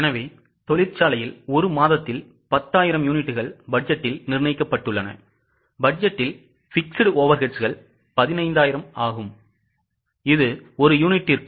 எனவே தொழிற்சாலையில் ஒரு மாதத்தில் 10000 யூனிட்டுகள் பட்ஜெட்டில் நிர்ணயிக்கப்பட்டுள்ளன பட்ஜெட்டில் fixed overheadsகள் 15000 ஆகும் இது ஒரு யூனிட்டுக்கு 1